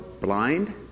blind